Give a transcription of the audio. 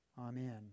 Amen